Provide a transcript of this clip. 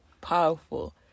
powerful